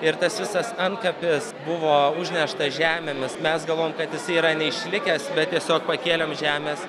ir tas visas antkapis buvo užneštas žemėmis mes galvojom kad jisai yra neišlikęs bet tiesiog pakėlėm žemes